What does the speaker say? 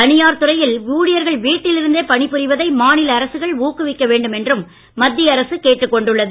தனியார் துறையில் ஊழியர்கள் வீட்டில் இருந்தே பணிபுரிவதை மாநில அரசுகள் ஊக்குவிக்க வேண்டும் என்றும் மத்திய அரசு கேட்டுக்கொண்டுள்ளது